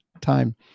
time